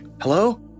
hello